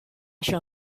shall